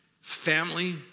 family